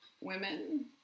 women